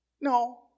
No